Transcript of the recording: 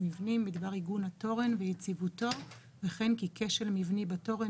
מבנים בדבר עיגון התורן ויציבותו וכן כי כשל מבני בתורן